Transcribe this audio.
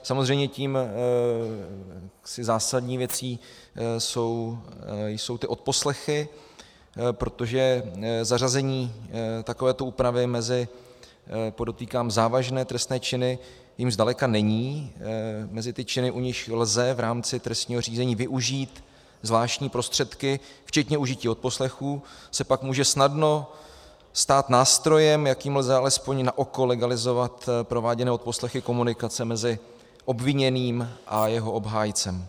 Samozřejmě zásadní věcí jsou ty odposlechy, protože zařazení takovéto úpravy mezi, podotýkám, závažné trestné činy jím zdaleka není, mezi ty činy, u nichž lze v rámci trestního řízení využít zvláštní prostředky včetně užití odposlechů, se pak může snadno stát nástrojem, jakým lze alespoň naoko legalizovat prováděné odposlechy, komunikace mezi obviněným a jeho obhájcem.